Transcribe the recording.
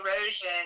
erosion